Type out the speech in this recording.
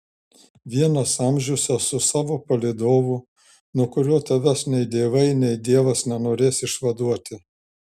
vienas amžiuose su savo palydovu nuo kurio tavęs nei dievai nei dievas nenorės išvaduoti